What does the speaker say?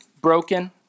broken